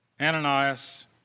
Ananias